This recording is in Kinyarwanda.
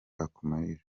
akumarira